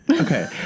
Okay